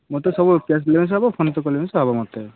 ମୋତେ ସବୁ କ୍ୟାସ୍ ଦେଲେ ବି ହେବ ଫୋନ୍ପେ କଲେ ବି ହେବ ମୋତେ